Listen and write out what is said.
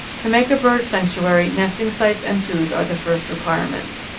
to make a bird sanctuary nesting sites and food are the first requirements.